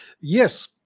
Yes